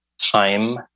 time